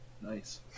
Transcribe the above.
Nice